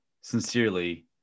sincerely